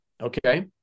Okay